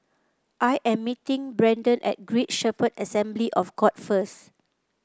I am meeting Brendon at Great Shepherd Assembly of God first